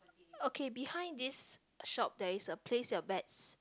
okay behind this shop there is a place your bets